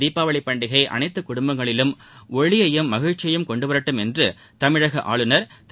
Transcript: தீபாவளி பண்டிகை அனைத்து குடும்பங்களிலும் ஒளியையும் மகிழ்ச்சியையும் கொண்டு வரட்டும் என்று தமிழக ஆளுநர் திரு